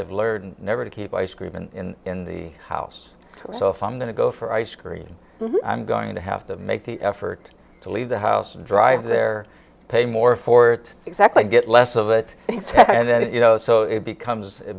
i've learned never to keep ice cream in in the house so if i'm going to go for ice cream i'm going to have to make the effort to leave the house and drive there pay more for it exactly get less of it and then you know so it becomes it